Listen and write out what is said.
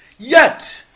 yet,